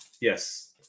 Yes